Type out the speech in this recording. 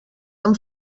han